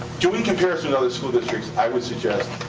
doing comparison to other school districts, i would suggest,